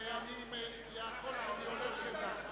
לנו הסתייגות נוספת,